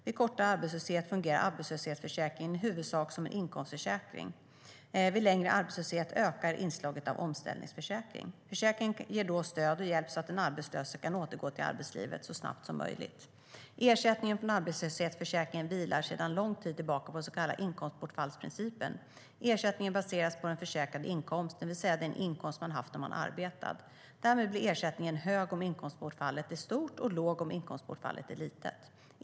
Vid kortare arbetslöshet fungerar arbetslöshetsförsäkringen i huvudsak som en inkomstförsäkring. Vid längre arbetslöshet ökar inslaget av omställningsförsäkring. Försäkringen ger då stöd och hjälp så att den arbetslöse kan återgå till arbetslivet så snabbt som möjligt. Ersättningen från arbetslöshetsförsäkringen vilar sedan lång tid tillbaka på den så kallade inkomstbortfallsprincipen. Ersättningen baseras på den försäkrade inkomsten, det vill säga den inkomst man har haft när man har arbetat. Därmed blir ersättningen hög om inkomstbortfallet är stort och låg om inkomstbortfallet är litet.